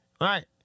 right